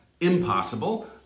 impossible